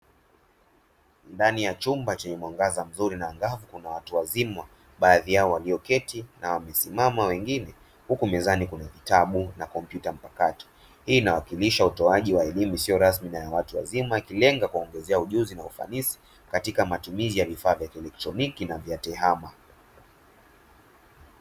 Ndani ya chumba chenye mwangaza mzuri na angavu kuna watu wazima baadhi yao walio keti na wamesimama wengine huku mezani vitabu na kompyuta mpakato hii inawakilisha utoaji wa elimu isiyo rasmi na watu wazima ikilenga kuwaongezea ujuzi na ufanisi katika matumizi ya vifaa vya kielectroniki na vya tehama.